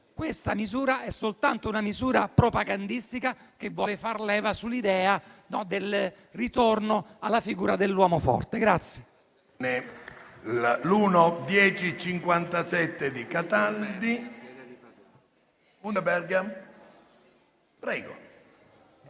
Questa misura è soltanto propagandistica e vuole far leva sull'idea del ritorno alla figura dell'uomo forte.